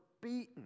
beaten